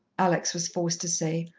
alex was forced to say,